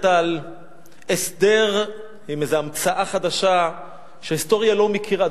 על הסדר עם איזו המצאה חדשה שההיסטוריה לא מכירה.